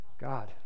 God